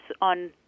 on